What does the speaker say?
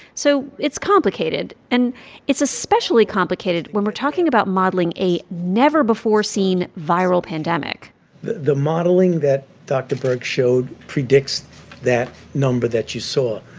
so it's complicated, and it's especially complicated when we're talking about modeling a never-before-seen viral pandemic the modeling that dr. birx showed predicts that number that you saw.